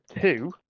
two